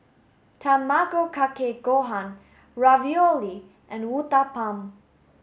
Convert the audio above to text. Tamago Kake Gohan Ravioli and Uthapam